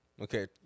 Okay